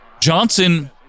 Johnson